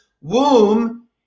womb